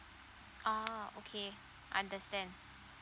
ah okay understand